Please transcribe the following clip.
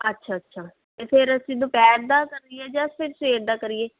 ਅੱਛਾ ਅੱਛਾ ਤਾਂ ਫਿਰ ਅਸੀਂ ਦੁਪਹਿਰ ਦਾ ਕਰੀਏ ਜਾਂ ਫਿਰ ਸਵੇਰ ਦਾ ਕਰੀਏ